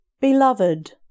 Beloved